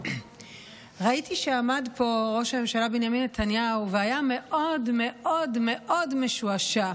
ראיתי שעמד פה ראש הממשלה בנימין נתניהו והיה מאוד מאוד מאוד משועשע.